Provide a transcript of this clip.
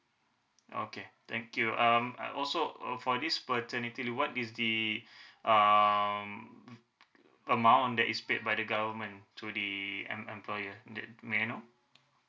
okay thank you um uh also uh for this paternity leave what is the um amount that is paid by the government to the em~ employer that may I know